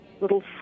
little